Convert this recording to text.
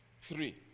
three